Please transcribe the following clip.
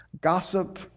gossip